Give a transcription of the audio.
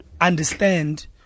understand